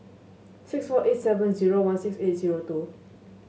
six four eight seven zero one six eight zero two